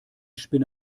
spinne